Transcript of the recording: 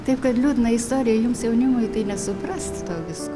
taip kad liūdna istorija jums jaunimui tai nesuprast to visk